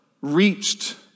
reached